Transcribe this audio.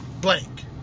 blank